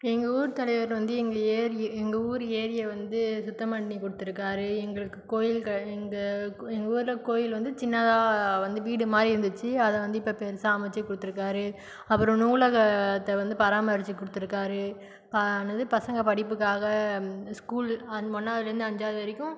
எங்கள் ஊர் தலைவர் வந்து எங்கள் ஏரியை எங்கள் ஊர் எரியை வந்து சுத்தம் பண்ணி கொடுத்துருக்காரு எங்களுக்கு கோயில் க எங்கள் கு எங்கள் ஊர் கோயில் வந்து சின்னதாக வந்து வீடு மாதிரி இருந்துச்சு அதை வந்து இப்போ பெருசாக அமச்சு கொடுத்துருக்காரு அவர் நூலகத்தை வந்து பராமரிச்சு கொடுத்துருக்காரு பா என்னது பசங்கள் படிப்புக்காக ஸ்கூலு அதுவும் ஒன்றாவதுலேந்து ஐந்தாவது வரைக்கும்